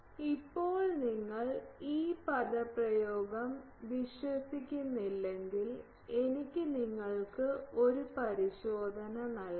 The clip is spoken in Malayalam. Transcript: ഇപ്പോൾ നിങ്ങൾ ഈ പദപ്രയോഗം വിശ്വസിക്കുന്നില്ലെങ്കിൽ എനിക്ക് നിങ്ങൾക്ക് ഒരു പരിശോധന നൽകാം